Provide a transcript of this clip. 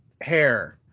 hair